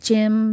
Jim